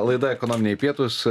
laida ekonominiai pietūs